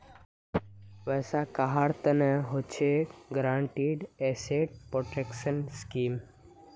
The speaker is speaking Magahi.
वैसा कहार तना हछेक गारंटीड एसेट प्रोटेक्शन स्कीम